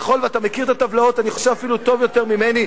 אתה מכיר את הטבלאות אני חושב אפילו טוב יותר ממני,